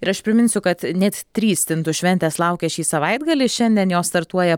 ir aš priminsiu kad net trys stintų šventės laukia šį savaitgalį šiandien jos startuoja